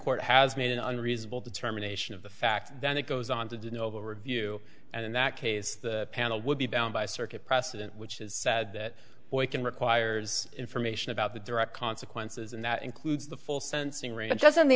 court has made an unreasonable determination of the facts then it goes on to do novo review and in that case the panel would be bound by circuit precedent which is sad that boy can requires information about the direct consequences and that includes the full sensing re adjust on the